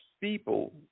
people